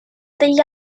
degli